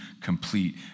complete